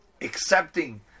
accepting